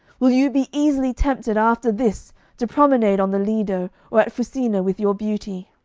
will you be easily tempted after this to promenade on the lido or at fusina with your beauty